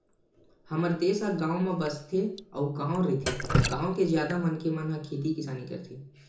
हमर देस ह गाँव म बसथे अउ गॉव रहिथे, गाँव के जादा मनखे मन ह खेती किसानी करथे